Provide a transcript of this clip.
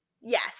Yes